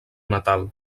natal